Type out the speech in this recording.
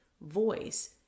voice